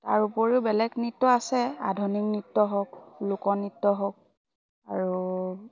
তাৰ উপৰিও বেলেগ নৃত্য আছে আধুনিক নৃত্য হওক লোকনৃত্য হওক আৰু